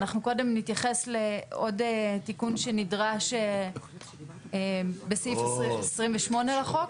אנחנו קודם נתייחס לעוד תיקון שנדרש בסעיף 28 לחוק.